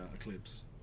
eclipse